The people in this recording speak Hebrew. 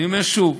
אני אומר שוב: